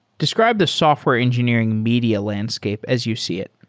describe the software engineering media landscape as you see it.